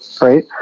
right